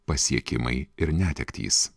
pasiekimai ir netektys